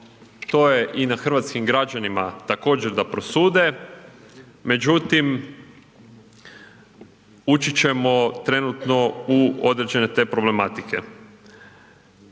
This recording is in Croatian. to je i na hrvatskim građanima također da prosude. Međutim, uči ćemo trenutno u određene te problematike.